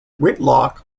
whitlock